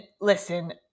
listen